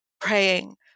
praying